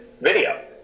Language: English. video